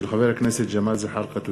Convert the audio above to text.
הצעתו של חבר הכנסת ג'מאל זחאלקה.